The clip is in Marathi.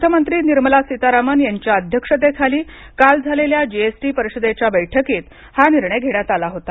अर्थमंत्री निर्मला सितरामन यांच्या अध्यक्षतेखाली काल झालेल्या जीएस टी परिषदेच्या बैठकीत हा निर्णय घेण्यात आला होता